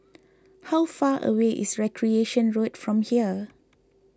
how far away is Recreation Road from here